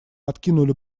откинули